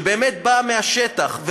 שבאמת באה מהשטח,